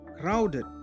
Crowded